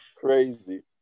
crazy